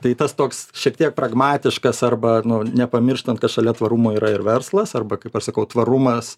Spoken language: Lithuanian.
tai tas toks šiek tiek pragmatiškas arba nu nepamirštant kad šalia tvarumo yra ir verslas arba kaip aš sakau tvarumas